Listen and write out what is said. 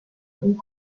und